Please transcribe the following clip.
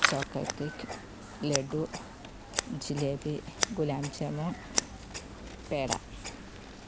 chocolate cake laddu jalebi gulab jamun peda